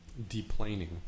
Deplaning